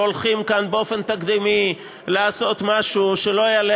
שהולכים כאן באופן תקדימי לעשות משהו שלא יעלה